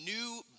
new